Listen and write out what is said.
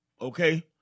okay